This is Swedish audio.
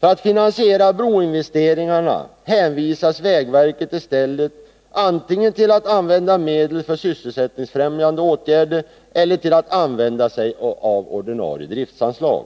För att finansiera broinvesteringarna hänvisas vägverket i stället antingen till att använda medel för sysselsättningsfrämjande åtgärder eller till att använda sig av ordinarie driftsanslag.